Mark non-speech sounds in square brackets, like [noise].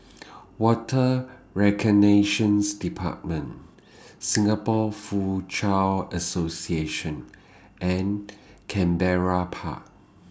[noise] Water [unintelligible] department [noise] Singapore Foochow Association and Canberra Park